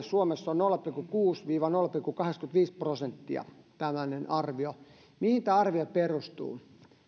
suomessa on nolla pilkku kuusi viiva nolla pilkku kahdeksankymmentäviisi prosenttia on tällainen arvio mihin tämä arvio perustuu